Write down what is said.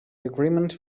agreement